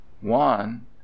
one